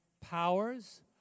powers